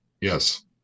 yes